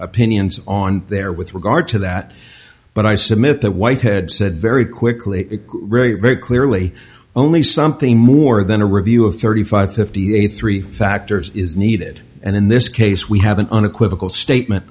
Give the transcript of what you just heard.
opinions on there with regard to that but i submit that whitehead said very quickly very clearly only something more than a review of thirty five fifty eight three factors is needed and in this case we have an unequivocal statement